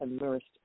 immersed